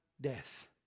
death